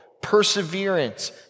perseverance